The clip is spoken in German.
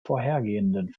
vorhergehenden